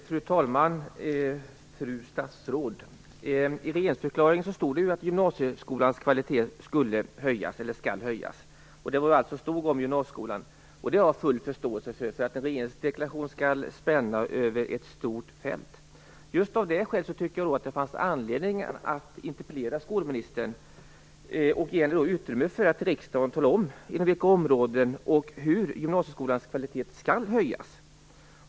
Fru talman! Fru statsråd! I regeringsförklaringen står det ju att gymnasieskolans kvalitet skall höjas. Det var allt som stod om gymnasieskolan, vilket jag har full förståelse för, eftersom en regeringsdeklaration skall spänna över ett stort fält. Just av det skälet tyckte jag att det fanns anledning att interpellera skolministern och för att ge möjlighet att i riksdagen tala om inom vilka områden och hur gymnasieskolans kvalitet skall höjas.